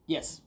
Yes